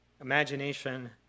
imagination